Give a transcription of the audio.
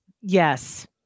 Yes